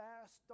fast